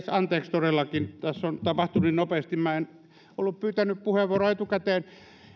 anteeksi todellakin tässä on tapahtunut niin nopeasti minä en ollut pyytänyt puheenvuoroa etukäteen